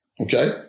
Okay